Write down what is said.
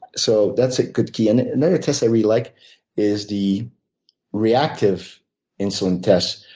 so that's a good key. and another test i really like is the reactive insulin test.